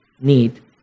need